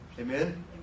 Amen